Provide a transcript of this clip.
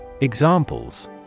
Examples